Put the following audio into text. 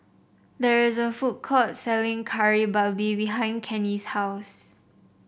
there is a food court selling Kari Babi behind Kenny's house